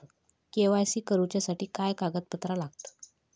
KYC करूच्यासाठी काय कागदपत्रा लागतत?